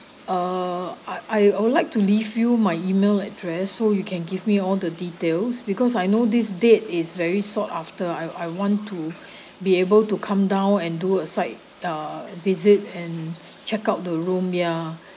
uh I I I would like to leave you my email address so you can give me all the details because I know this date is very sought after I I want to be able to come down and do a site uh visit and check out the room ya